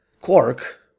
Quark